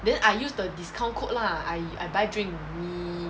then I use the discount code lah I I buy drink 你